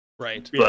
Right